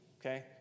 okay